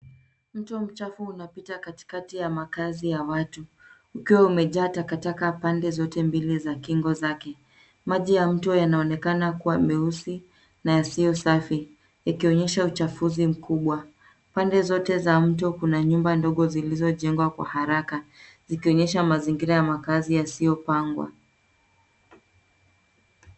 Mto mchafu unapita katikati ya makazi ya watu ukiwa umejaa takataka pande zote mbili za kingo zake. Maji ya mto yanaonekana kuwa meusi na yasiyo safi yakionyesha uchafuzi mkubwa. Pande zote za mto kuna nyumba ndogo zilizojengwa kwa haraka zikaonyesha mazingira ya makazi yasiyopangwa.